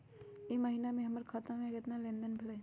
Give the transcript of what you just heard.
ई महीना में हमर खाता से केतना लेनदेन भेलइ?